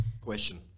Question